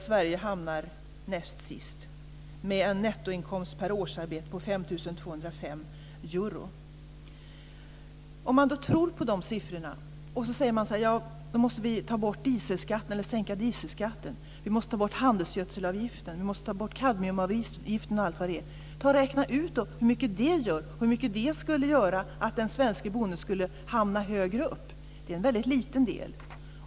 Sverige hamnar näst sist med en nettoinkomst per årsarbete på 5 205 euro. Så säger man att vi måste sänka dieselskatten, ta bort handelsgödselavgiften och kadmiumavgiften och allt vad det är. Ta och räkna ut hur mycket det gör och hur mycket högre upp den svenske bonden då skulle hamna. Det är en väldigt liten del.